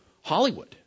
Hollywood